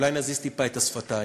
אולי נזיז טיפה את השפתיים,